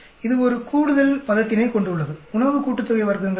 இது ஒரு கூடுதல் பதத்தினைக் கொண்டுள்ளது உணவுக் கூட்டுத்தொகை வர்க்கங்கள் 50